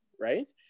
Right